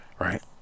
Right